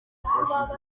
ikoranabuhanga